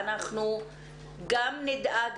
אנחנו גם נדאג,